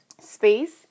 space